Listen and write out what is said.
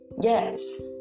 Yes